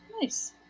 nice